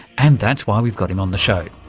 and that's why we've got him on the show.